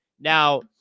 Now